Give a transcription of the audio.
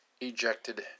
ejected